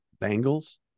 bangles